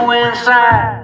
inside